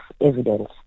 evidence